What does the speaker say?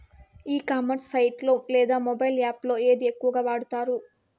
ఈ commerce site లో లేదా మొబైల్ యాప్ లో ఏది ఎక్కువగా వాడుతారు?